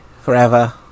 forever